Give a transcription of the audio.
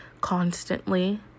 constantly